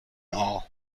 all